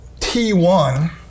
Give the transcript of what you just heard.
T1